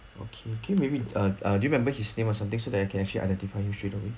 okay can maybe err err do you remember his name or something so that I can actually identify you straight away